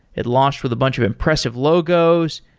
it launched with a bunch of impressive logos,